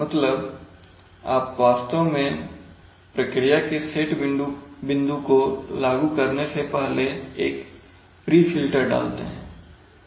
मतलब आप वास्तव में प्रक्रिया के सेट बिंदु को लागू करने से पहले एक प्री फिल्टर डालते हैं